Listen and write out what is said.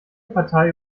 partei